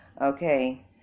Okay